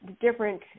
different